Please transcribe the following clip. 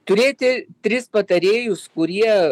turėti tris patarėjus kurie